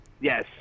Yes